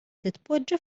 titpoġġa